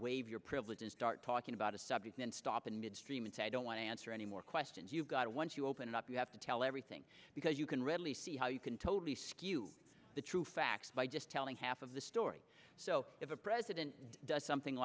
waive your privilege and start talking about a subject and stop in midstream and say i don't want to answer any more questions you've got once you open it up you have to tell everything because you can readily see how you can totally skew the true facts by just telling half of the story so if a president does something